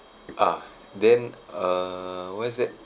ah then uh what's that